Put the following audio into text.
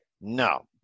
no